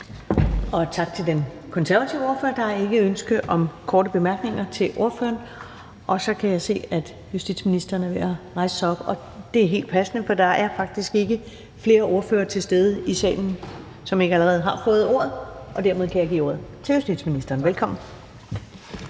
Tak til den konservative ordfører. Der er ikke ønsker om korte bemærkninger til ordføreren. Så kan jeg se, at justitsministeren er ved at rejse sig op, og det er helt passende, for der er faktisk ikke flere ordførere til stede i salen, som ikke allerede har fået ordet, og dermed kan jeg give ordet til justitsministeren. Velkommen.